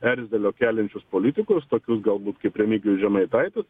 erzelio keliančius politikus tokius galbūt kaip remigijus žemaitaitis